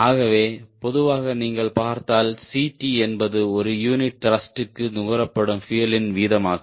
ஆகவே பொதுவாக நீங்கள் பார்த்தால் Ct என்பது ஒரு யூனிட் த்ருஷ்ட்க்கு நுகரப்படும் பியூயலின் வீதமாகும்